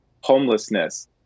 homelessness